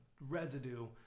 residue